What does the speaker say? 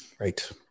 Right